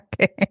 Okay